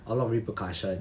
a lot of repercussion